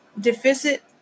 Deficit